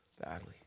badly